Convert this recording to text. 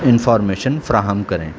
information فراہم کریں